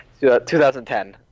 2010